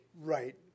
Right